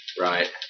Right